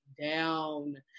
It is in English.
down